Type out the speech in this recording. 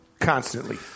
constantly